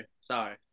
Sorry